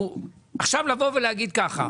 עכשיו לבוא ולהגיד ככה: